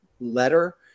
letter